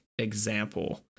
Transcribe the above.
example